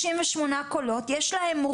הרשימה הבאה קבלה 120 קולות שזה מנדט אחד.